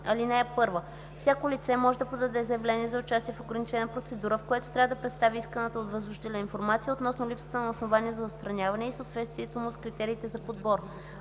Чл. 134. (1) Всяко лице може да подаде заявление за участие в ограничена процедура, в което трябва да представи исканата от възложителя информация относно липсата на основания за отстраняване и съответствието му с критериите за подбор.